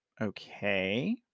Okay